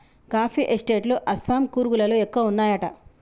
coffee estate లు అస్సాం, కూర్గ్ లలో ఎక్కువ వున్నాయట